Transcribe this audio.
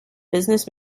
business